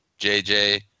JJ